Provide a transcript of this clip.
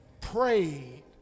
prayed